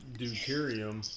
deuterium